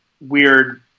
weird